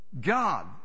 God